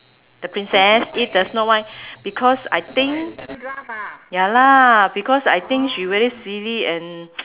the princess eat the snow white because I think ya lah because I think she really silly and